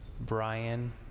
Brian